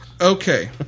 Okay